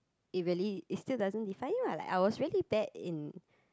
it really it still doesn't define you ah I was really bad in